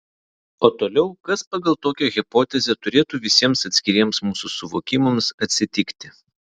o toliau kas pagal tokią hipotezę turėtų visiems atskiriems mūsų suvokimams atsitikti